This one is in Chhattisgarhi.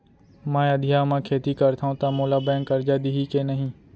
मैं अधिया म खेती करथंव त मोला बैंक करजा दिही के नही?